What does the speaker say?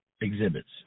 exhibits